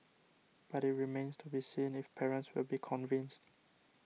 but it remains to be seen if parents will be convinced